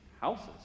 houses